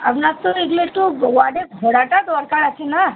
আপনার তো এগুলো একটু ওয়ার্ডে ঘোরাটা দরকার আছে না